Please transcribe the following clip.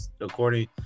according